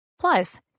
Plus